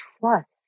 trust